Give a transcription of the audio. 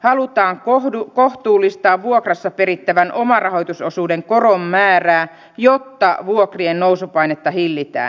halutaan kohtuullistaa vuokrassa perittävän omarahoitusosuuden koron määrää jotta vuokrien nousupainetta hillitään